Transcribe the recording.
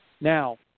Now